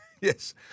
Yes